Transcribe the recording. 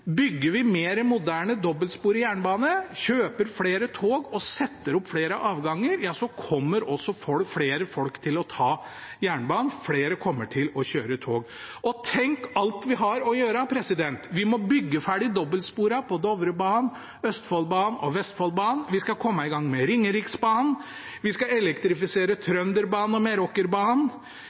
Bygger vi mer moderne dobbeltsporet jernbane, kjøper flere tog og setter opp flere avganger, kommer også flere folk til å ta jernbanen. Flere kommer til å kjøre tog. Tenk alt vi har å gjøre! Vi må bygge ferdig dobbeltsporene på Dovrebanen, Østfoldbanen og Vestfoldbanen. Vi skal komme i gang med Ringeriksbanen. Vi skal elektrifisere Trønderbanen og